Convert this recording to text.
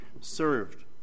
served